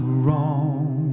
wrong